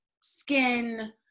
skin